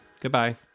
Goodbye